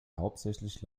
hauptsächlich